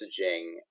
messaging